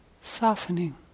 softening